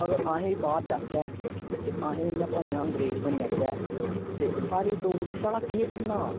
अगर अहें बाहर जाह्चै ते अहें इयां भलेयां अंग्रेज बनी जाह्चै ते स्हाड़ी डोगरी स्हाड़़ा केह् बनना